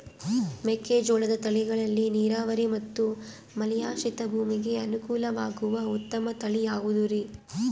ಮೆಕ್ಕೆಜೋಳದ ತಳಿಗಳಲ್ಲಿ ನೇರಾವರಿ ಮತ್ತು ಮಳೆಯಾಶ್ರಿತ ಭೂಮಿಗೆ ಅನುಕೂಲವಾಗುವ ಉತ್ತಮ ತಳಿ ಯಾವುದುರಿ?